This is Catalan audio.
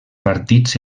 partits